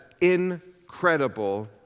incredible